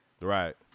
Right